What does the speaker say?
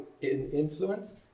influence